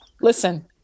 Listen